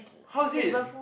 how is it